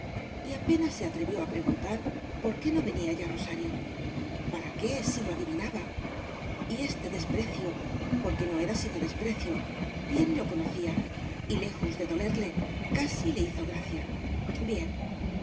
y apenas se atrevió a preguntar por qué no venía ya rosario para qué si lo adivinaba y este desprecio porque no era sino desprecio bien lo conocía y lejos de dolerle casi le hizo gracia bien